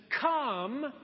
come